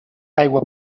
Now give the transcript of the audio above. aigua